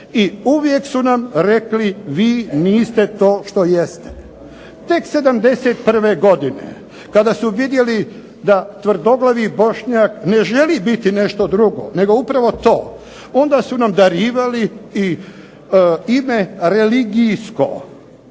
I uvijek su nam rekli vi niste to što jeste. Tek '71. godine kada su vidjeli da tvrdoglavi Bošnjak ne želi biti nešto drugo, nego upravo to, onda su nam darivali i ime religijsko.